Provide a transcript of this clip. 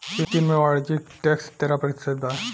चीन में वाणिज्य टैक्स तेरह प्रतिशत बा